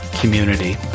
community